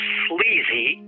sleazy